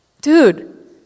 dude